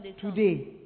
Today